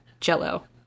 jello